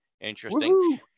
interesting